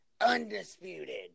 undisputed